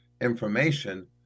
information